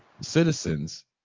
citizens